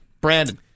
Brandon